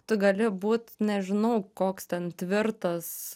tu gali būt nežinau koks ten tvirtas